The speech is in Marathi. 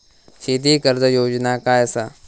शेती कर्ज योजना काय असा?